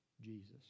Jesus